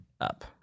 up